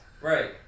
right